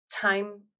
time